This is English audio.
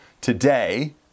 today